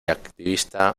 activista